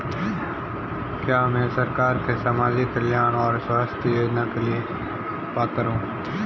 क्या मैं सरकार के सामाजिक कल्याण और स्वास्थ्य योजना के लिए पात्र हूं?